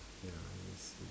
ya I miss sleep